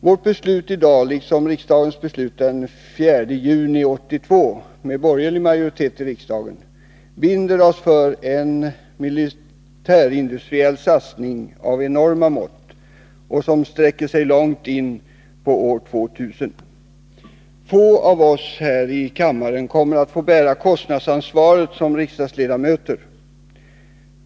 Vårt beslut i dag, liksom riksdagens beslut den 4 juni 1982, med borgerlig majoritet i riksdagen, binder oss för en militärindustriell satsning av enorma mått som sträcker sig långt in på år 2000. Få av oss här i kammaren kommer att som riksdagsledamöter få bära kostnadsansvaret.